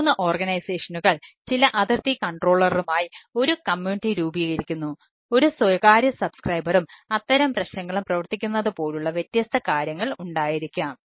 മൂന്ന് ഓർഗനൈസേഷനുകൾ അത്തരം പ്രശ്നങ്ങളും പ്രവർത്തിക്കുന്നതുപോലുള്ള വ്യത്യസ്ത കാര്യങ്ങൾ ഉണ്ടായിരിക്കാം